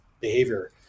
behavior